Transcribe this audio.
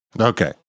Okay